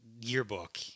yearbook